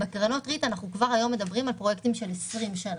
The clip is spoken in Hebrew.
בקרנות ריט אנחנו מדברים על פרויקטים של 20 שנה.